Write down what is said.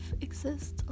exists